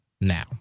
Now